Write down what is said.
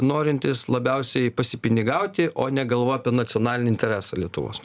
norintys labiausiai pasipinigauti o ne galvoja apie nacionalinį interesą lietuvos